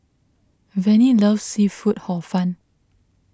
Vannie loves Seafood Hor Fun